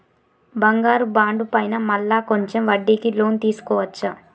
బంగారు బాండు పైన మళ్ళా కొంచెం వడ్డీకి లోన్ తీసుకోవచ్చా?